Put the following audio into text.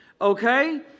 Okay